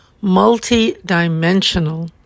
Multi-dimensional